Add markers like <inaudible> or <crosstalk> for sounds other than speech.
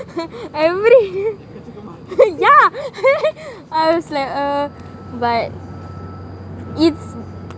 <laughs> everybody yeah <laughs> I was like uh but it's